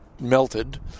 melted